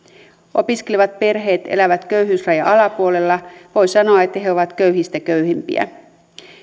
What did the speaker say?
opiskelevat perheet elävät köyhyysrajan alapuolella voi sanoa että he ovat köyhistä köyhimpiä